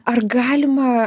ar galima